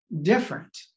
different